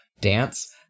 dance